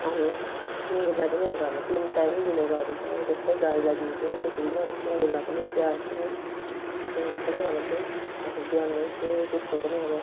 अनि सुँगुरलाई पनि अब हामी तिन टाइम दिने गर्दछौँ जस्तो गाईलाई दिन्छौँ त्यसरी नै अब सुँगुरलाई पनि स्याहार्छौँ सुँगुर पनि अब त्यही अब बिहान उठ्यो त्यसको पनि अब